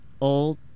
old